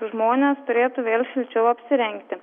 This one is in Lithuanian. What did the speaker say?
žmonės turėtų vėl šilčiau apsirengti